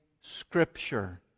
scripture